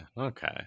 Okay